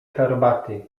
herbaty